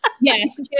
Yes